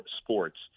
sports